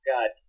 God